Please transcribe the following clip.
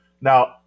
Now